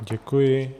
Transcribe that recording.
Děkuji.